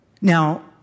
Now